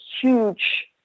huge